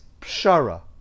pshara